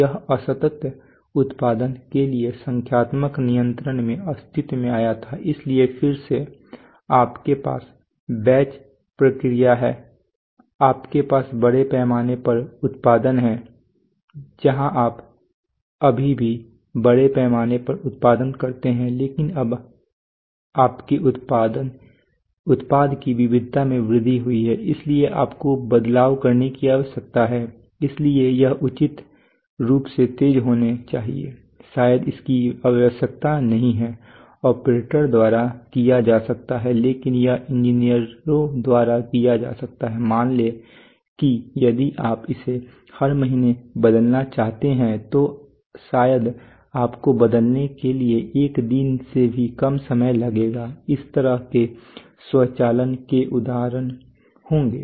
यह असतत उत्पादन के लिए संख्यात्मक नियंत्रण में अस्तित्व में आया था इसलिए फिर से आपके पास बैच प्रक्रिया है आपके पास बड़े पैमाने पर उत्पादन है जहां आप अभी भी बड़े पैमाने पर उत्पादन करते हैं लेकिन अब आपके उत्पाद की विविधता में वृद्धि हुई है इसलिए आपको बदलाव करने की आवश्यकता है इसलिए यह उचित रूप से तेज़ होना चाहिए शायद इसकी आवश्यकता नहीं है ऑपरेटरों द्वारा किया जा सकता है लेकिन यह इंजीनियरों द्वारा किया जा सकता है मान लें कि यदि आप इसे हर महीने बदलना चाहते हैं तो शायद आपको बदलने के लिए एक दिन से भी कम समय लगेगा इस तरह के स्वचालन के उदाहरण होंगे